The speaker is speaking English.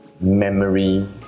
memory